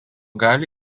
gali